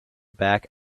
back